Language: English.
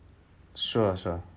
sure sure